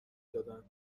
دادن